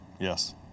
Yes